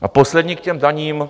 A poslední k těm daním.